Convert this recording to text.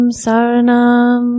saranam